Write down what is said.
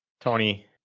Tony